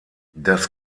das